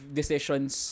decisions